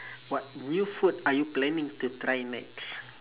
what new food are you planning to try next